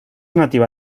nativa